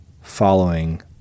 following